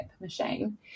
machine